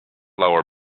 lower